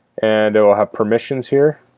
and it will have permissions here.